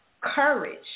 courage